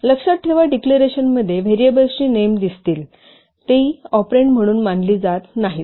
लक्षात ठेवा डिक्लेरेशनमध्ये व्हेरिएबलची नेम दिसतील ती ऑपरेन्ड म्हणून मानली जात नाहीत